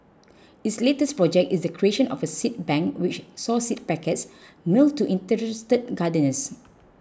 its latest project is the creation of a seed bank which saw seed packets mailed to interested gardeners